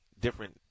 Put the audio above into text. different